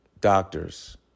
doctors